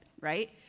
right